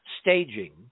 staging